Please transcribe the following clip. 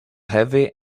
heavy